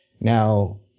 Now